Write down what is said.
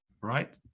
right